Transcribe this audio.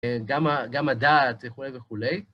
גם הדעת וכולי וכולי.